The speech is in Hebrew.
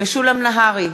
משולם נהרי,